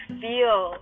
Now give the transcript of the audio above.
feel